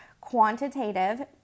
Quantitative